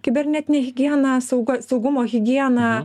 kibernetine higiena sauga saugumo higiena